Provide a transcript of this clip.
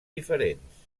diferents